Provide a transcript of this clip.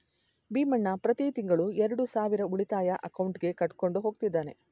ಭೀಮಣ್ಣ ಪ್ರತಿ ತಿಂಗಳು ಎರಡು ಸಾವಿರ ಉಳಿತಾಯ ಅಕೌಂಟ್ಗೆ ಕಟ್ಕೊಂಡು ಹೋಗ್ತಿದ್ದಾನೆ